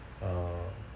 oh